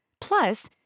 Plus